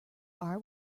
are